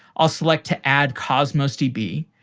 i'll select to add cosmos db.